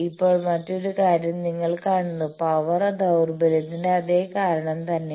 ഇപ്പോൾ മറ്റൊരു കാര്യം നിങ്ങൾ കാണുന്നു പവർ ദൌർലഭ്യത്തിന്റെ അതേ കാരണം തന്നെ